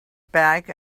back